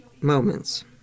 moments